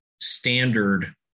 standard